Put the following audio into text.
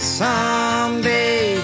someday